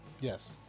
Yes